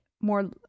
more